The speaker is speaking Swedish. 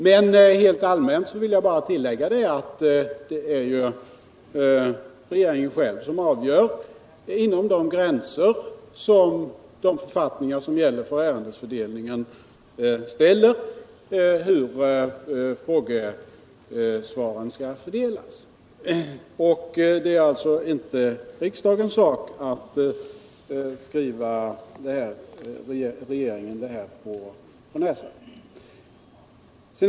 Men helt allmänt vill jag bara tillägga att det är regeringen själv, som inom de gränser som för ärendefördelningen gällande författningar ställer avgör hur frågorna skall fördelas. Det är inte riksdagens sak att skriva regeringen detta på näsan.